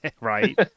Right